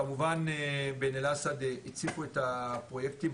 כמובן בעין אל-אסד הציגו את הפרויקטים,